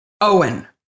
Owen